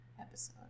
episode